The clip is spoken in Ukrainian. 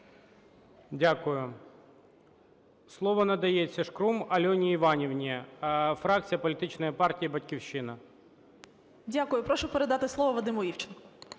Дякую. Слово надається Шкрум Альоні Іванівні, фракція політичної партії "Батьківщина". 16:14:01 ШКРУМ А.І. Дякую. Прошу передати слово Вадиму Івченку.